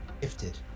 gifted